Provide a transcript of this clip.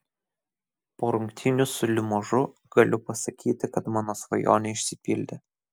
po rungtynių su limožu galiu pasakyti kad mano svajonė išsipildė